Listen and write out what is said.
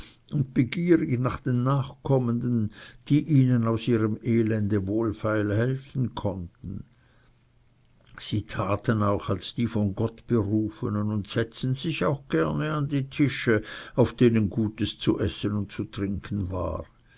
begierig nach den nachkommenden die ihnen aus ihrem elende wohlfeil helfen konnten sie machten das so gut als ob sie eben bei den jesuiten in der lehre gewesen wären sie taten auch als die von gott berufenen und setzten sich auch gerne an die tische auf denen gutes zu essen und zu trinken war